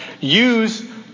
use